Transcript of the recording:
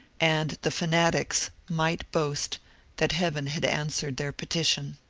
and the fanatics might boast that heaven had answered their petition.